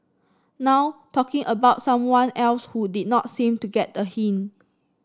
now talking about someone else who did not seem to get a hint